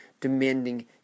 demanding